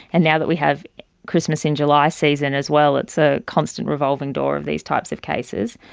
and now that we have christmas in july season as well it's a constant revolving door of these types of cases,